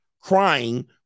crying